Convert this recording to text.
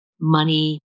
money